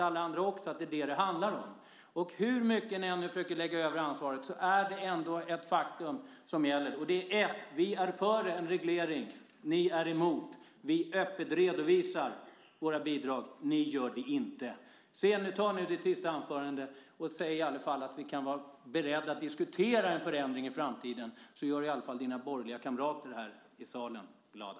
Alla andra vet också att det är det som det handlar om. Hur mycket ni än försöker lägga över ansvaret är det ändå ett faktum som gäller: Vi är för en reglering. Ni är emot. Vi redovisar öppet våra bidrag. Ni gör det inte. Säg nu i ditt sista anförande att ni i alla fall kan vara beredda att diskutera en förändring i framtiden! Då gör du åtminstone dina borgerliga kamrater här i salen glada.